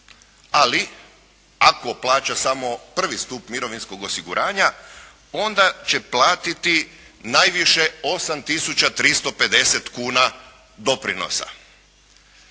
Ali ako plaća samo prvi stup mirovinskog osiguranja, onda će platiti najviše 8.350,00 kuna doprinosa.